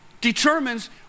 determines